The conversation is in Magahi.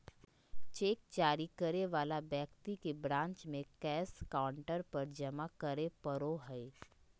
चेक जारी करे वाला व्यक्ति के ब्रांच में कैश काउंटर पर जमा करे पड़ो हइ